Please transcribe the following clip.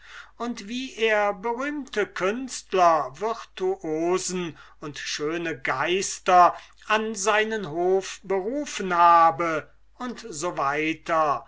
und wie er berühmte künstler virtuosen und schöne geister an seinen hof berufen habe u s w